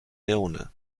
leone